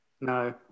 no